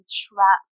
trap